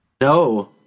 No